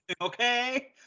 Okay